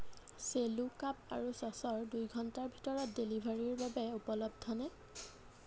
cell' cup আৰু saucer দুই ঘণ্টাৰ ভিতৰত ডেলিভাৰীৰ বাবে উপলব্ধ নে